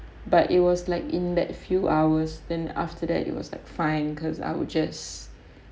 but it was like in that few hours then after that it was like fine cause I would just